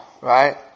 right